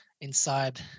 inside